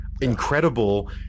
incredible